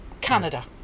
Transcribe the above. Canada